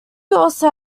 also